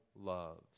loves